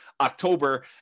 October